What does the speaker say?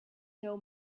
know